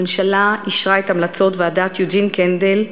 הממשלה אישרה את המלצות ועדת יוג'ין קנדל,